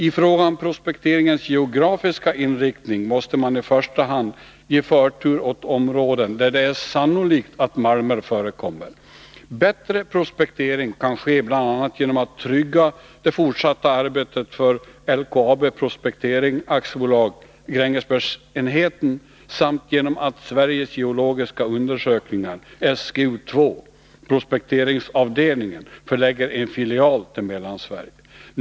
I fråga om prospekteringens geografiska inriktning måste man i första hand ge förtur åt områden där det är sannolikt att malmer förekommer. Bättre prospektering kan ske bl.a. genom att man tryggar det fortsatta arbetet för LKAB Prospektering AB, Grängesbergsenheten, samt genom att Sveriges Geologiska Undersökning, SGU 2 — prospekteringsavdelningen, förlägger en filial till Mellansverige.